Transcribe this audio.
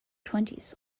twenties